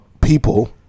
people